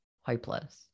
hopeless